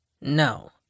No